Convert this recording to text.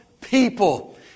people